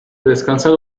descansan